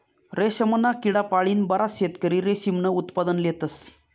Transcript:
रेशमना किडा पाळीन बराच शेतकरी रेशीमनं उत्पादन लेतस